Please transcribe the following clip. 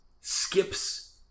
skips